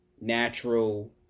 natural